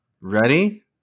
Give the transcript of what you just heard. Ready